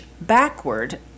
backward